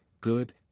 good